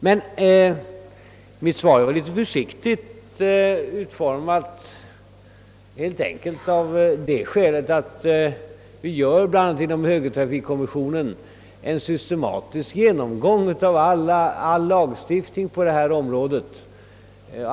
Mitt svar var emellertid litet försiktigt utformat helt enkelt av det skälet att det bl.a. inom högertrafikkommissionen företas en systematisk genomgång av all lagstiftning på detta område.